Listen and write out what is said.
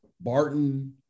Barton